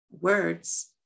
words